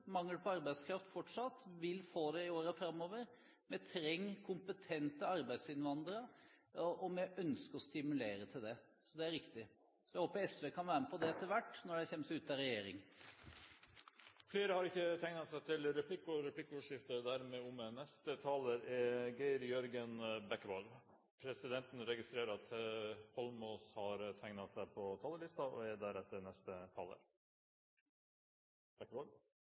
mangel på arbeidskraft og vil få det i årene framover. Vi trenger kompetente arbeidsinnvandrere, og vi ønsker å stimulere til det. Så det er riktig. Jeg håper SV kan være med på det etter hvert når de kommer seg ut av regjering. Replikkordskiftet er over. Jeg er glad for at vi kan ha denne debatten. Det er en litt annen side ved innvandringsdebatter enn det vi ellers pleier å ha, så jeg er